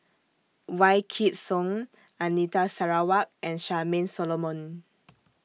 Wykidd Song Anita Sarawak and Charmaine Solomon